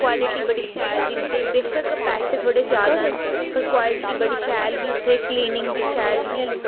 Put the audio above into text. quality बड़ी शैल दिंदे बेशक्क पैसे थोह्ड़ा ज्यादा न पर क्वालटी बड़ी शैल ही उत्थे क्लीनिंग बी शैल ही